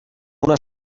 una